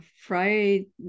Friday